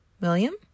William